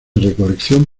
recolección